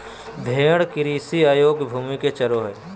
भेड़ कृषि अयोग्य भूमि में चरो हइ